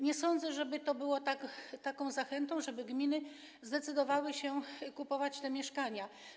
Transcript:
Nie sądzę, żeby to było taką zachętą, żeby gminy zdecydowały się kupować te mieszkania.